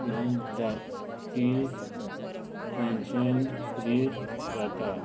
कितें ती tension free जाता